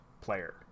player